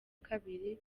kabiri